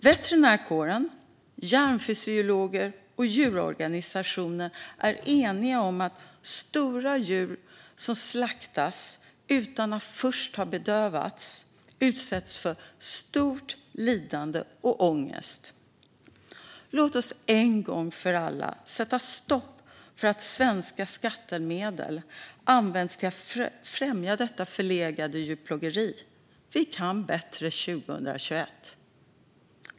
Veterinärkåren, hjärnfysiologer och djurorganisationer är eniga om att stora djur som slaktas utan att först ha bedövats utsätts för stort lidande och stor ångest. Låt oss en gång för alla sätta stopp för att svenska skattemedel används till att främja detta förlegade djurplågeri. Vi kan bättre 2021.